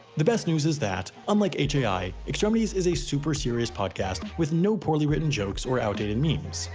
the best news is that, unlike hai, extremities is a super serious podcast with no poorly written jokes or outdated memes.